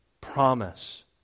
promise